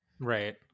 Right